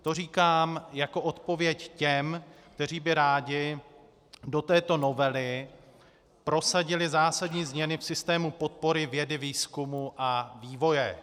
To říkám jako odpověď těm, kteří by rádi do této novely prosadili zásadní změny v systému podpory vědy, výzkumu a vývoje.